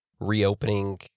Reopening